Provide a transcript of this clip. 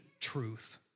truth